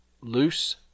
loose